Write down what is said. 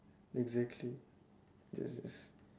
exactly yes yes